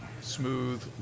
smooth